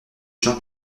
jean